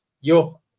Yo